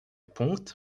пункт